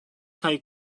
kaj